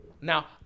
Now